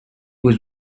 was